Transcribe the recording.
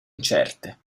incerte